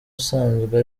usanzwe